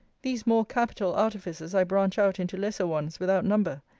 these more capital artifices i branch out into lesser ones, without number.